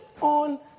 on